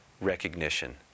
recognition